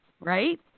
right